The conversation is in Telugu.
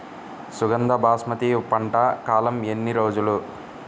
సుగంధ బాస్మతి పంట కాలం ఎన్ని రోజులు?